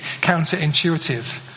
counterintuitive